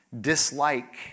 dislike